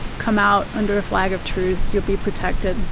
come out under a flag of truce, you'll be protected.